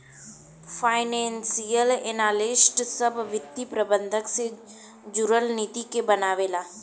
financial analyst सभ वित्त प्रबंधन से जुरल नीति के बनावे ला